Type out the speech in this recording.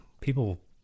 people